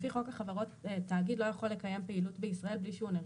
לפי חוק החברות תאגיד לא יכול לקיים פעילות בישראל בלי שהוא נרשם.